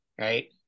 right